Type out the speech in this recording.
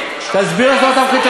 איציק, תסביר לה שזה לא אותם קריטריונים.